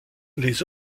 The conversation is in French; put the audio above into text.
les